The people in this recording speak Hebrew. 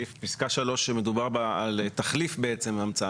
פסקה (3) בה מדובר על תחליף המצאה,